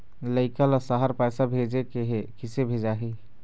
लइका ला शहर पैसा भेजें के हे, किसे भेजाही